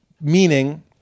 meaning